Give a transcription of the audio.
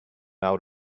out